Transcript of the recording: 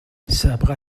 سأبقى